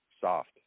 soft